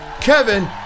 Kevin